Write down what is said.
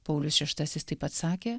paulius šeštasis taip pat sakė